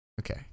okay